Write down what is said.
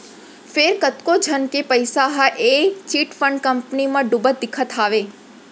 फेर कतको झन के पइसा ह ए चिटफंड कंपनी म डुबत दिखत हावय